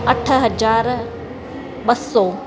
अठ हज़ार ॿ सौ